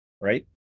right